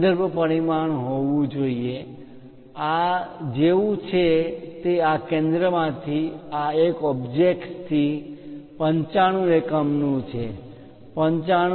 સંદર્ભ પરિમાણ હોવું જોઈએ આ જેવું છે તે આ કેન્દ્રમાંથી આ એક ઓબ્જેક્ટ થી 95 એકમનું છે 95